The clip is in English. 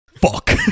fuck